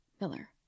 Miller